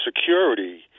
security